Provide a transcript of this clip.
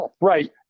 Right